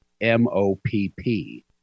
M-O-P-P